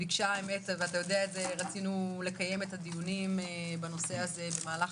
רצינו לקיים את הדיונים בנושא במהלך